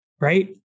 right